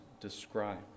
described